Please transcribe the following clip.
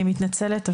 אני מתנצלת,